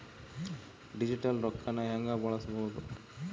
Digital ರೊಕ್ಕನ ಹ್ಯೆಂಗ ಬಳಸ್ಕೊಬೊದು?